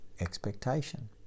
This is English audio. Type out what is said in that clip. expectation